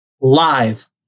live